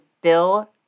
Bill